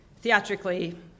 Theatrically